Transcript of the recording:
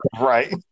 Right